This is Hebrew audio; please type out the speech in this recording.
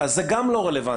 אז זה גם לא רלוונטי.